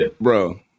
Bro